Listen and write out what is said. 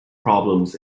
problems